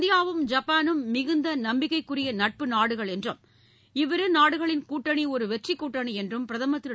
இந்தியாவும் ஜப்பானும் மிகுந்த நம்பிக்கைக்குரிய நட்பு நாடுகள் என்றும் இவ்விரு நாடுகளின் கூட்டணி ஒரு வெற்றிக் கூட்டணி என்றும் பிரதமர் திரு